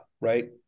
right